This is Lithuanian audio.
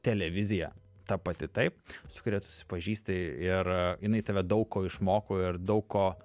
televizija ta pati taip su kuria tu susipažįsti ir jinai tave daug ko išmoko ir daug ko